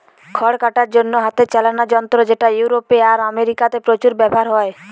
খড় কাটার জন্যে হাতে চালানা যন্ত্র যেটা ইউরোপে আর আমেরিকাতে প্রচুর ব্যাভার হয়